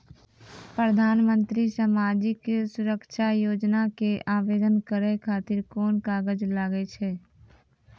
प्रधानमंत्री समाजिक सुरक्षा योजना के आवेदन करै खातिर कोन कागज लागै छै?